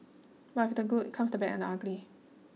but with the good comes the bad and the ugly